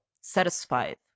satisfied